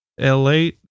l8